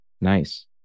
Nice